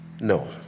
No